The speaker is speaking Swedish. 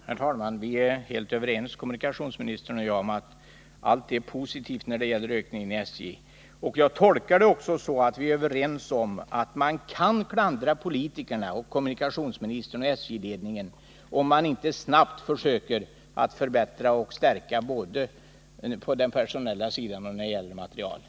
Herr talman! Kommunikationsministern och jag är helt överens om att den ökade beläggningen på SJ är något mycket positivt. Jag tolkar vidare hans uttalanden så, att vi också är överens om att man kan klandra politikerna, inkl. kommunikationsministern, och SJ-ledningen om inte åtgärder snabbt sätts in för att genomföra förbättringar och förstärkningar både på den personella sidan och när det gäller materielen.